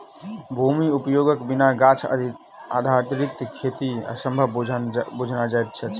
भूमि उपयोगक बिना गाछ आधारित खेती असंभव बुझना जाइत अछि